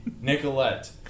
Nicolette